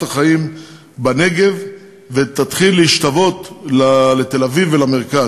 החיים בנגב והיא תתחיל להשתוות לתל-אביב ולמרכז.